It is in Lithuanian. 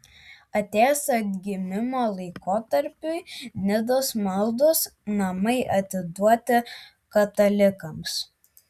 atėjus atgimimo laikotarpiui nidos maldos namai atiduoti katalikams